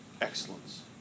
excellence